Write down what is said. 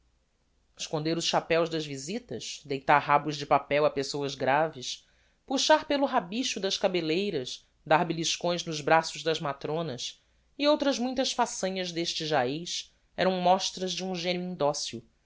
esconder os chapéos das visitas deitar rabos de papel a pessoas graves puxar pelo rabicho das cabelleiras dar beliscões nos braços das matronas e outras muitas façanhas deste jaez eram mostras de um genio indocil